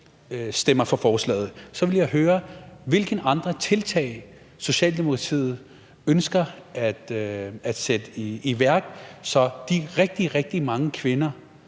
stemmer for forslaget, så ville jeg høre, hvilke andre tiltag Socialdemokratiet ønsker at sætte i værk, så de rigtig, rigtig mange kvinder,